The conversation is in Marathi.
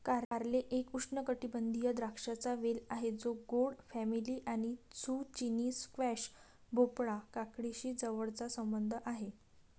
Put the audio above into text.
कारले एक उष्णकटिबंधीय द्राक्षांचा वेल आहे जो गोड फॅमिली आणि झुचिनी, स्क्वॅश, भोपळा, काकडीशी जवळचा संबंध आहे